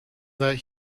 that